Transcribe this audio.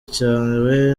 cyawe